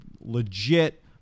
Legit